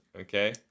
okay